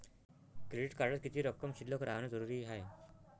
Credit कार्डात किती रक्कम शिल्लक राहानं जरुरी हाय?